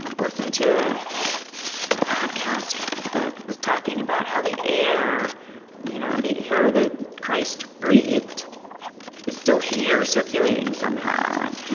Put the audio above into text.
listened to a podcast that was talking about how the air you know the air that christ breathed is still here circulating somehow. and